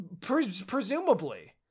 presumably